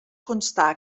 constar